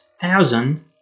thousand